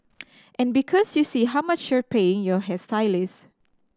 and because you see how much you're paying your hairstylist